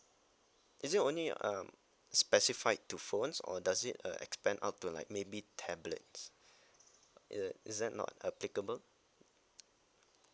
is it only um specified to phones or does it uh expand out to like maybe tablets is is that not applicable